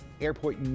airport